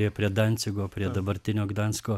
prie prie dancigo prie dabartinio gdansko